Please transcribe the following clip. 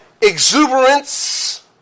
exuberance